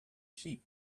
sheep